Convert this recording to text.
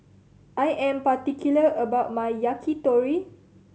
I am particular about my Yakitori